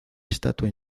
estatua